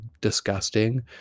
disgusting